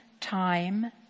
time